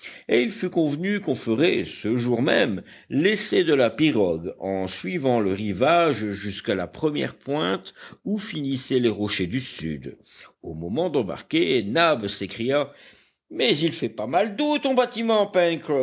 et il fut convenu qu'on ferait ce jour même l'essai de la pirogue en suivant le rivage jusqu'à la première pointe où finissaient les rochers du sud au moment d'embarquer nab s'écria mais il fait pas mal d'eau ton bâtiment